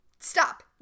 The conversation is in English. Stop